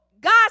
God